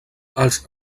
els